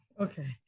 Okay